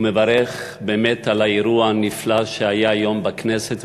ומברך באמת על האירוע הנפלא שהיה היום בכנסת,